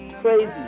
crazy